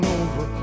over